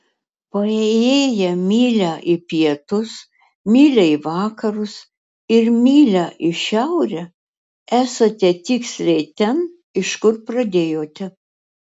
paėjėję mylią į pietus mylią į vakarus ir mylią į šiaurę esate tiksliai ten iš kur pradėjote